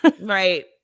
right